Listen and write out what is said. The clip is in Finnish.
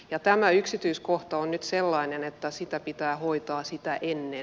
ja tämä yksityiskohta on nyt sellainen että se pitää hoitaa sitä ennen